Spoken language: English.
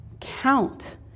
count